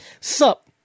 Sup